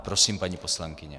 Prosím, paní poslankyně.